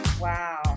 wow